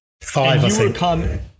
five